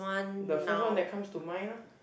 the first one that comes to mind lah